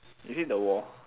is it the war